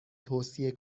توصیه